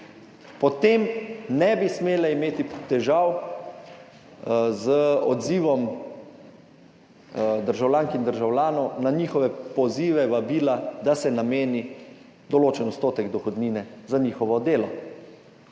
potem ne bi smele imeti težav z odzivom državljank in državljanov na svoje pozive, vabila, da se nameni določen odstotek dohodnine za njihovo delo.